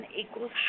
equals